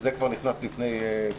זה נכנס כבר לפני כחודשיים,